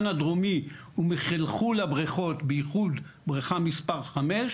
הדרומי ומחלחול הבריכות בייחוד בריכה מס' 5